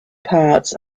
parts